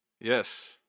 yes